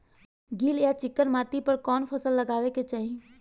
गील या चिकन माटी पर कउन फसल लगावे के चाही?